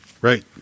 Right